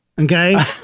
okay